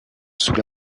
sous